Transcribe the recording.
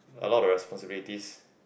a lot of responsibilities